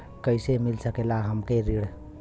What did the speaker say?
कइसे मिल सकेला हमके ऋण?